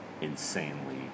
insanely